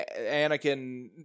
Anakin